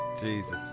Jesus